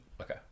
Okay